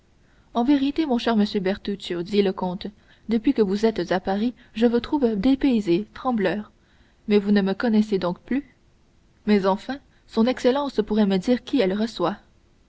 en vérité mon cher monsieur bertuccio dit le comte depuis que vous êtes à paris je vous trouve dépaysé trembleur mais vous ne me connaissez donc plus mais enfin son excellence pourrait me dire qui elle reçoit